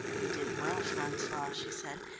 you did well, francois, she said,